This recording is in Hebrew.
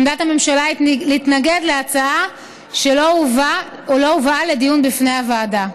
עמדת הממשלה היא להתנגד להצעה שלא הובאה לדיון בפני הוועדה.